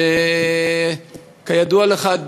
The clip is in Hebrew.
וכידוע לך,